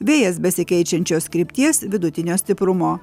vėjas besikeičiančios krypties vidutinio stiprumo